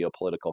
geopolitical